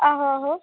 आहो आहो